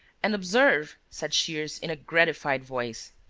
and observe, said shears, in a gratified voice,